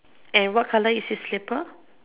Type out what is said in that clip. and what colour is his slipper